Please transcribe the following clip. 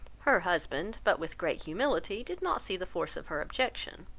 her husband, but with great humility, did not see the force of her objection.